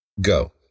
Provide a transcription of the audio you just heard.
go